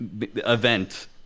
event